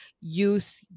use